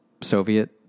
Soviet